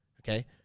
Okay